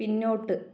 പിന്നോട്ട്